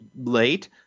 late